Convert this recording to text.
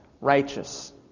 righteous